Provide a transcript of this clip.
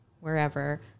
wherever